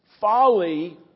folly